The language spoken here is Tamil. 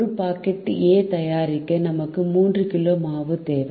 ஒரு பாக்கெட் ஏ தயாரிக்கநமக்கு 3 கிலோ மாவு தேவை